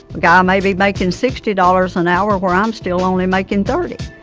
guy may be making sixty dollars an hour where i'm still only making thirty.